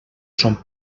son